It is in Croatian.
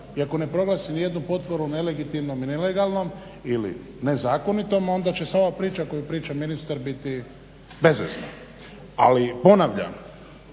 i ako ne proglasi nijednu potporu nelegitimnom i nelegalnom ili nezakonitom onda će se ova priča koju priča ministar biti bezvezna. Ali ponavljam,